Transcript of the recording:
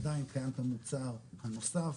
עדיין קיים המוצר הנוסף,